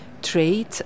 trade